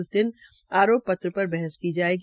उस दिन आरोप पत्र पर बहस की जायेगी